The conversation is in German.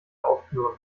aufführen